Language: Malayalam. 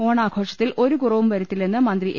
ഓണാഘോഷത്തിൽ ഒരു കുറവും വരു ത്തില്ലെന്ന് മന്ത്രി എ